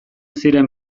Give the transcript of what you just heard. ziren